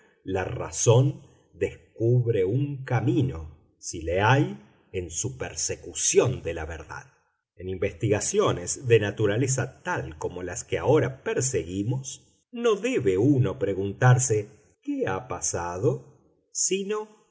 la razón descubre un camino si le hay en su persecución de la verdad en investigaciones de naturaleza tal como las que ahora perseguimos no debe uno preguntarse qué ha pasado sino